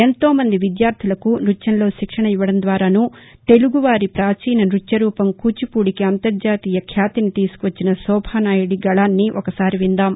ఎంతో మంది విద్యార్దులకు నృత్యంలో శిక్షణ ఇవ్వదం ద్వారానూ తెలుగువారి ప్రాచీన నృత్య రూపం కూచిపూడికి అంతర్జాతీయ ఖ్యాతిని తీసుకువచ్చిన శోభానాయుడి గళాన్ని ఒకసారి విందాం